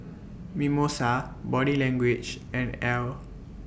Mimosa Body Language and Elle